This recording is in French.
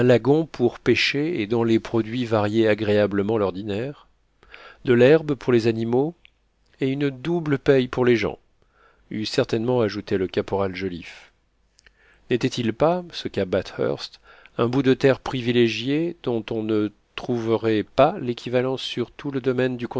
pour pêcher et dont les produits variaient agréablement l'ordinaire de l'herbe pour les animaux et une double paie pour les gens eût certainement ajouté le caporal joliffe n'était-il pas ce cap bathurst un bout de terre privilégiée dont on ne trouverait pas l'équivalent sur tout le domaine du